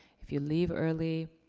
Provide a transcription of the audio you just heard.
if you leave early,